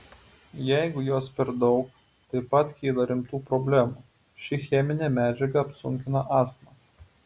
jeigu jos per daug taip pat kyla rimtų problemų ši cheminė medžiaga apsunkina astmą